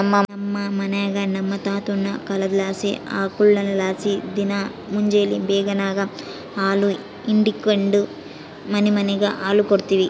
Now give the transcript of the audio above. ನಮ್ ಮನ್ಯಾಗ ನಮ್ ತಾತುನ ಕಾಲದ್ಲಾಸಿ ಆಕುಳ್ಗುಳಲಾಸಿ ದಿನಾ ಮುಂಜೇಲಿ ಬೇಗೆನಾಗ ಹಾಲು ಹಿಂಡಿಕೆಂಡು ಮನಿಮನಿಗ್ ಹಾಲು ಕೊಡ್ತೀವಿ